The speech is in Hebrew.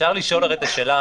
אפשר לשאול הרי את השאלה,